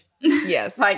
Yes